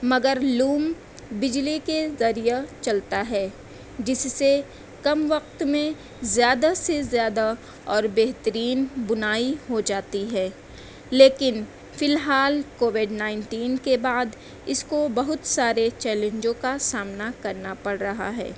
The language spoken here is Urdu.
مگر لوم بجلی کے ذریعہ چلتا ہے جس سے کم وقت میں زیادہ سے زیادہ اور بہترین بُنائی ہو جاتی ہے لیکن فی الحال کووڈ نائنٹین کے بعد اس کو بہت سارے چیلینجوں کا سامنا کرنا پڑ رہا ہے